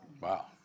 Wow